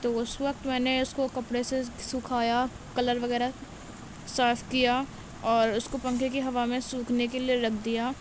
تو اس وقت میں نے اس کو کپڑے سے سکھایا کلر وغیرہ صاف کیا اور اس کو پنکھے کی ہوا میں سوکھنے کے لیے رکھ دیا